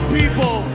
people